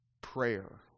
Prayer